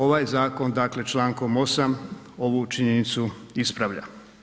Ovaj zakon dakle člankom 8. ovu činjenicu ispravlja.